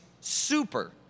super